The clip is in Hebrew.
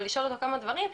ולשאול אותו כמה דברים.